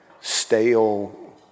stale